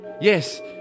Yes